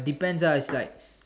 depends lah if like